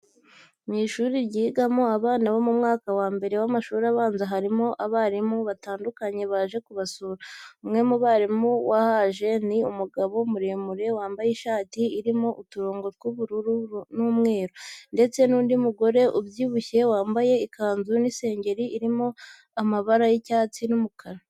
Mu ishuri ryigamo abana bo mu mwaka wa mbere w'amashuri abanza harimo abarimu batandukanye baje kubasura. Umwe mu barimu wahaje ni umugabo muremure wambaye ishati irimo uturongo tw'ubururu n'umweru ndetse n'undi mugore ubyibushye wambaye ikanzu y'isengeri irimo amabara y'icyatsi n'umukara.